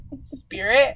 spirit